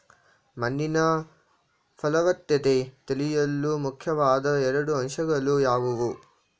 ಮಣ್ಣಿನ ಫಲವತ್ತತೆ ತಿಳಿಯಲು ಮುಖ್ಯವಾದ ಎರಡು ಅಂಶಗಳು ಯಾವುವು?